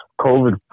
COVID